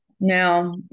Now